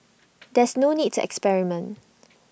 there's no need to experiment